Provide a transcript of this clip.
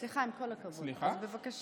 סליחה, עם כל הכבוד, אז בבקשה.